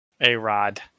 A-Rod